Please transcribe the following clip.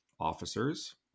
officers